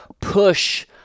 push